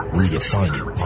Redefining